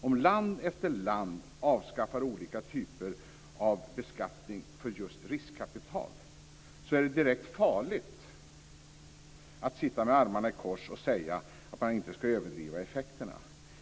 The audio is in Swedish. Om land efter land avskaffar olika typer av beskattning för just riskkapital är det direkt farligt att sitta med armarna i kors och säga att man inte skall överdriva effekterna.